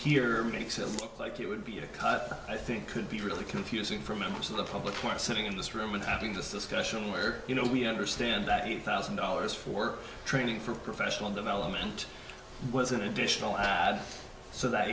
here makes it look like it would be a cut i think could be really confusing for members of the public who are sitting in this room and having this discussion you know we understand that you thousand dollars for training for professional development was an additional so that